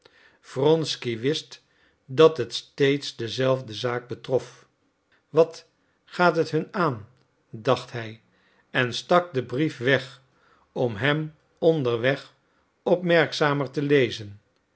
wronsky wist dat het steeds dezelfde zaak betrof wat gaat het hun aan dacht hij en stak den brief weg om hem onderweg opmerkzamer te lezen